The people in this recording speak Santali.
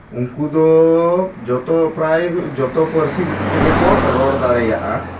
ᱩᱱᱠᱩ ᱫᱚ ᱡᱚᱛᱚ ᱯᱨᱟᱭ ᱡᱚᱛᱚ ᱯᱟᱹᱨᱥᱤ ᱛᱮᱜᱮ ᱠᱚ ᱨᱚᱲ ᱫᱟᱲᱮᱭᱟᱜᱼᱟ